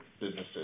businesses